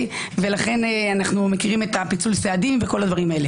אנו מכירים את פיצול הסעדים.